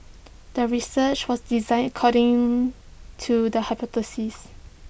the research was designed according to the hypothesis